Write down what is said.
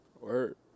Word